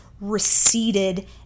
receded